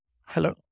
Hello